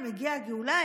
הגיעה הגאולה,